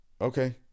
Okay